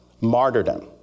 martyrdom